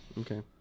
Okay